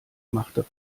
machte